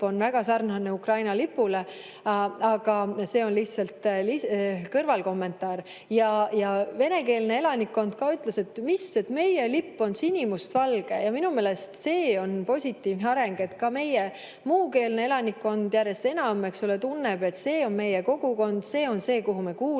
on väga sarnane Ukraina lipuga. Aga see on lihtsalt kõrvalkommentaar. Samas ka venekeelsed elanikud ütlesid, et mis, meie lipp on sinimustvalge. Minu meelest see on positiivne areng, et ka meie muukeelne elanikkond järjest enam tunneb, et see on meie kogukond, see on see, kuhu me kuulume.